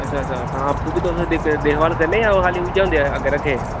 अच्छा अच्छा तां आपूं बी तुस द द देखभाल करने जां खाल्ली उ'ऐ होंदे अग्गें रक्खे दे